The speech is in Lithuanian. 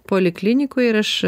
poliklinikoj ir aš